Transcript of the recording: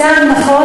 צעד נכון,